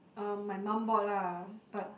uh my mum bought lah but